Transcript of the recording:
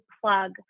plug